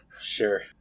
Sure